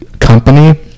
company